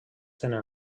tenen